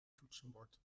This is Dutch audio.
toetsenbord